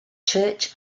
church